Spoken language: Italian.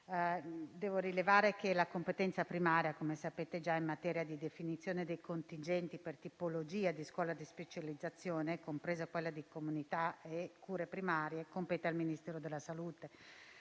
devo rilevare che la competenza primaria - come già sapete - in materia di definizione dei contingenti per tipologia di scuola di specializzazione, compresa quella di comunità e cure primarie, compete al Ministero della salute,